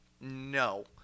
No